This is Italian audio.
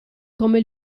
come